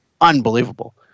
unbelievable